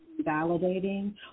validating